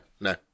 no